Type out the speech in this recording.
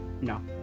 no